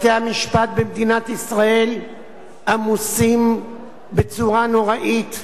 בתי-המשפט במדינת ישראל עמוסים בצורה נוראית.